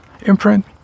imprint